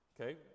Okay